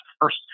first